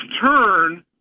turn